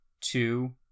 two